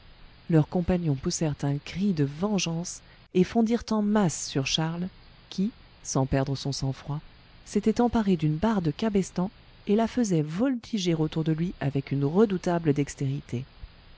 leurs compagnons poussèrent un cri de vengeance et fondirent en masse sur charles qui sans perdre son sang-froid s'était emparé d'une barre de cabestan et la faisait voltiger autour de lui avec une redoutable dextérité